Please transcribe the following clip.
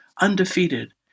undefeated